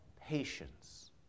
patience